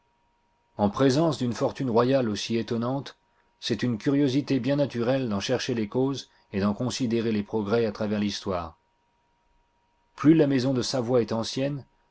en présence d'une fortune royale aussi étonnante c'est une curiosité bien naturelle d'en chercher les causes et d'en considérer les progrès à travers l'histoire plus la maison de savoie est ancienne